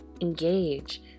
engage